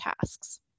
tasks